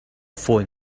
fawi